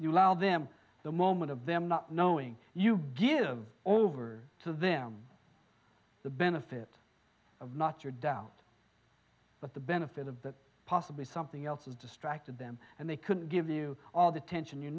you allow them the moment of them not knowing you give over to them the benefit of not your doubt but the benefit of that possibly something else has distracted them and they could give you all the tension you